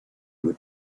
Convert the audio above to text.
would